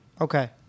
Okay